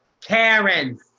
Karen